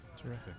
Terrific